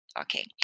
okay